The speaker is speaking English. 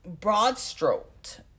broad-stroked